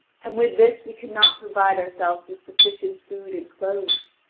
and with this we cannot provide ourselves with sufficient food and clothes.